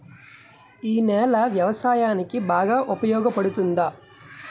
ఈ నేల వ్యవసాయానికి బాగా ఉపయోగపడుతుందా?